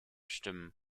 stimmen